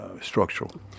structural